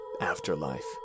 afterlife